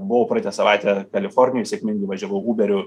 buvau praeitą savaitę kalifornijoj sėkmingai važiavau uberiu